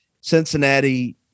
Cincinnati